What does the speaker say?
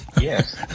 Yes